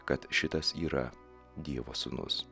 kad šitas yra dievo sūnus